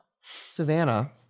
Savannah